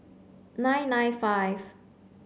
nine nine five